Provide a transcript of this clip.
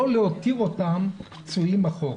לא להותיר אותם פצועים אחורה.